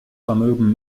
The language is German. vermögen